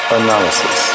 analysis